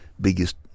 biggest